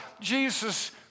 Jesus